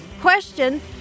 question